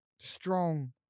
strong